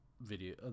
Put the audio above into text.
video